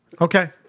Okay